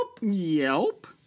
Yelp